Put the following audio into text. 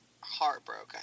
heartbroken